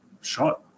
shot